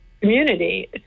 community